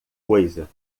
coisa